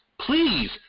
please